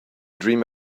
dream